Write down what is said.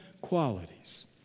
qualities